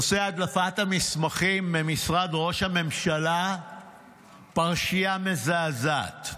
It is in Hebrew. נושא הדלפת המסמכים ממשרד ראש הממשלה פרשייה מזעזעת.